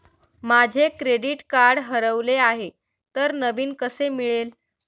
माझे credit card हरवले आहे तर नवीन कसे मिळेल?